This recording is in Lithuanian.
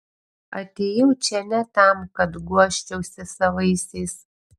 atėjau čia ne tam kad guosčiausi savaisiais